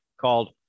called